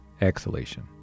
exhalation